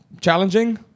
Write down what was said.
challenging